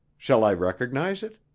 shall i recognize it?